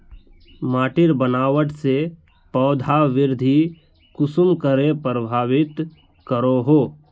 माटिर बनावट से पौधा वृद्धि कुसम करे प्रभावित करो हो?